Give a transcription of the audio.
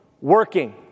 working